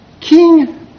King